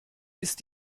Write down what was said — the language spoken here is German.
ist